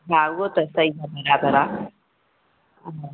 हा उहो त सही आहे बराबरि आहे